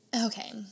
okay